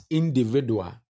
individual